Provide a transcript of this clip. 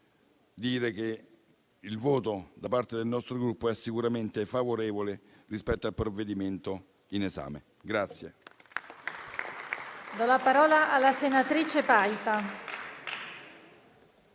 dire che il voto da parte del nostro Gruppo è sicuramente favorevole rispetto al provvedimento in esame.